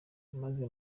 maze